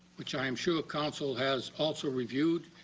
which i am sure counsel has also reviewed,